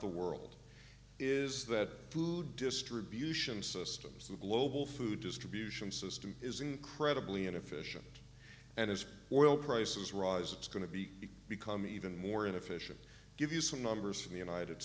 the world is that food distribution systems global food distribution system is incredibly inefficient and as well prices rise it's going to be become even more inefficient give you some numbers from the united